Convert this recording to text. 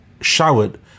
showered